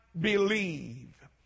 believe